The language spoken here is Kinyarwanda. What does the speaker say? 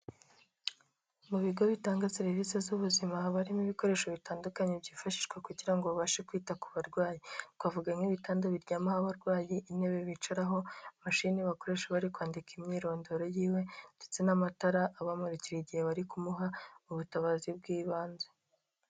Mu bigo bitanga serivisi z'ubuzima barimo ibikoresho bitandukanye byifashishwa kugira ngo babashe kwita ku barwayi, twavuga nk'ibitanda biryamaho abarwayi, intebe bicaraho, mashine bakoresha bari kwandika imyirondoro y'iwe ndetse n'amatara abamurikira igihe bari kumuha ubutabazi bw'ibanze.